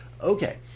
Okay